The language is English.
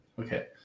okay